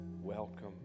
Welcome